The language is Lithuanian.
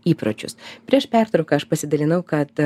įpročius prieš pertrauką aš pasidalinau kad